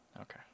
Okay